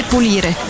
pulire